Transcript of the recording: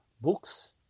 Books